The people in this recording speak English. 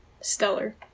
Stellar